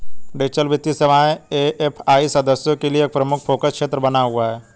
digital वित्तीय सेवाएं AFI सदस्यों के लिए एक प्रमुख फोकस क्षेत्र बना हुआ है